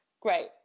Great